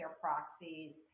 proxies